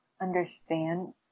understand